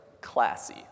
classy